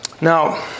Now